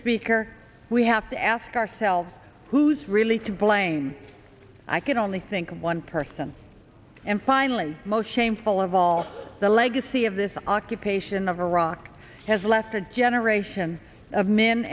speaker we have to ask ourselves who's really to blame i can only think of one person and finally most shameful of all the legacy of this occupation of iraq has left a generation of men